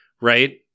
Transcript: right